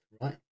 right